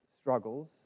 struggles